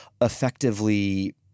effectively